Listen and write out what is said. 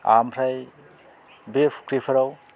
आमफ्राय बे फुख्रिफोराव